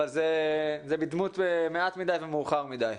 אבל זה בדמות מעט מדי ומאוחר מדי.